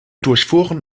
durchfuhren